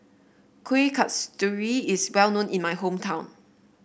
Kueh Kasturi is well known in my hometown